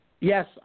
Yes